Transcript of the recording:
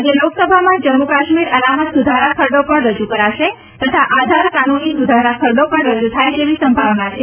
આજે લોકસભામાં જમ્મુ કાશ્મીર અનામત સુધારા ખરડો પણ રજુ કરાશે તથા આધાર કાનુની સુધારા ખરડો પણ રજુ થાય તેવી સંભાવના છે